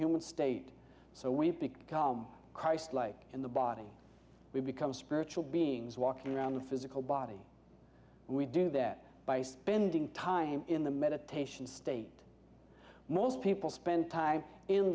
human state so we've become christ like in the body we become spiritual beings walking around the physical body we do that by spending time in the meditation state most people spend time in